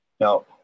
Now